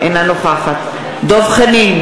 אינה נוכחת דב חנין,